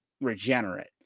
regenerate